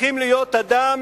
צריכים להיות אדם